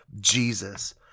Jesus